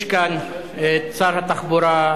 יש כאן שר התחבורה,